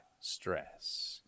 stress